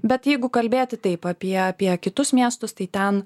bet jeigu kalbėti taip apie apie kitus miestus tai ten